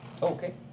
Okay